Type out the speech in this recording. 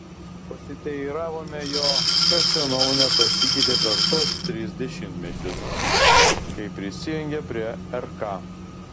pasiteiravome jo kas jo nuomone pasikeitė per tuos tris dešimtmečius kai prisijungė prie rk